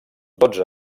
dotze